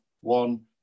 one